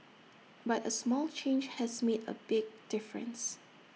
but A small change has made A big difference